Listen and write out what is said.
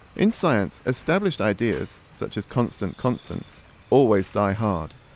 in science, established ideas such as constant constants always die hard.